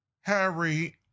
Harry